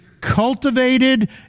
cultivated